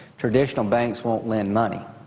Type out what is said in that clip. traditional banks won't lend money.